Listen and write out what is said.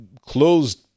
closed